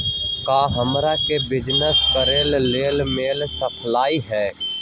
का हमरा के बिजनेस करेला लोन मिल सकलई ह?